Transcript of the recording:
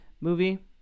movie